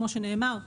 כפי שנאמר,